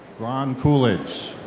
grahn cooledge.